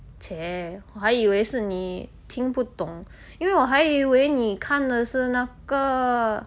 !chey! 我还以为是你听不懂因为我还以为你看的是那个